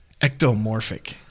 ectomorphic